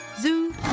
Zoo